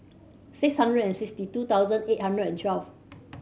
six hundred and sixty two thousand eight hundred and twelve